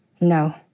No